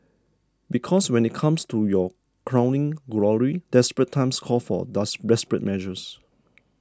because when it comes to your crowning glory desperate times call for desperate measures